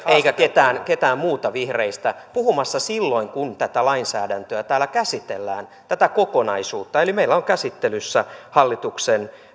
eikä ketään ketään muuta vihreistä puhumassa silloin kun tätä lainsäädäntöä täällä käsitellään tätä kokonaisuutta eli meillä on käsittelyssä hallituksen